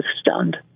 stunned